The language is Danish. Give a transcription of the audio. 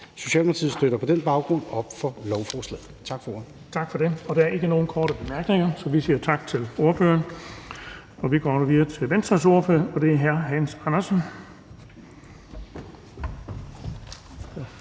Socialdemokratiet støtter på den baggrund op om lovforslaget.